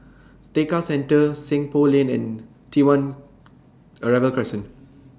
Tekka Centre Seng Poh Lane and T one Arrival Crescent